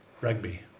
Rugby